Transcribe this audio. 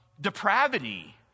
depravity